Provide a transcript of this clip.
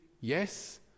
yes